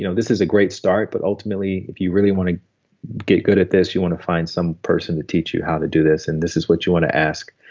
you know this is a great start, but ultimately, if you really want to get good at this, you want to find some person to teach you how to do this, and this is what you want to ask.